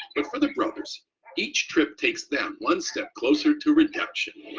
but for the brothers each trip takes them one step closer to redemption.